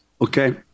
okay